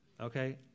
okay